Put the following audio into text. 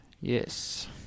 Yes